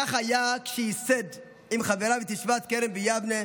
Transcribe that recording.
כך היה כשייסד עם חבריו את ישיבת כרם ביבנה,